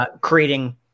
creating